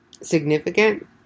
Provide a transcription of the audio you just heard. significant